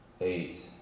eight